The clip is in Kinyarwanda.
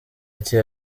ati